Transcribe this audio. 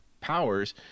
powers